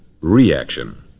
reaction